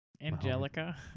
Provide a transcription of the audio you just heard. Angelica